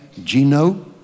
genome